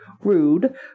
rude